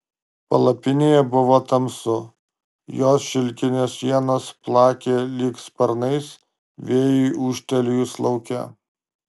palapinėje buvo tamsu jos šilkinės sienos plakė lyg sparnais vėjui ūžtelėjus lauke